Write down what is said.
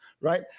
right